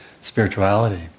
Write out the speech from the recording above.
spirituality